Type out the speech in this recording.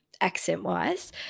accent-wise